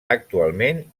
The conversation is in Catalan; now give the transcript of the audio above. actualment